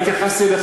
הנתונים שהוא מביא,